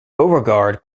beauregard